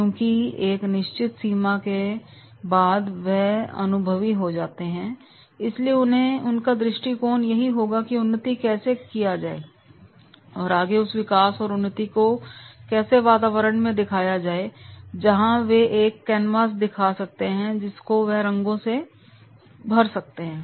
क्योंकि एक निश्चित सीमा के बाद वह अनुभवी हो जाते हैं इसलिए उनका दृष्टिकोण यही होगा की उन्नति कैसे की जाए और आगे उस विकास और उन्नति को कैसे वातावरण में दिखाया जाए जहां वे एक कैनवस देख सकते हैं जिसको वह रंगों से भर सकते हैं